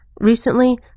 Recently